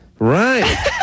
Right